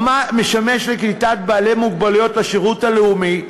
המשמש לקליטת בעלי מוגבלות בשירות הלאומי,